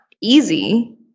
easy